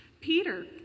Peter